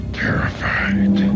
terrified